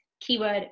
keyword